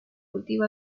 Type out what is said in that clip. cultivo